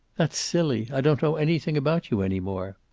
that's silly. i don't know anything about you any more.